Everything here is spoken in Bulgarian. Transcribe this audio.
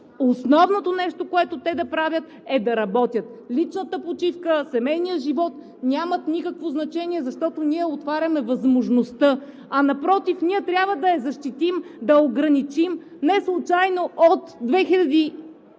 основното нещо, което да правят, е да работят? Личната почивка, семейният живот нямат никакво значение, защото ние отваряме възможността, а напротив, ние трябва да я защитим, да ограничим. Неслучайно от 1992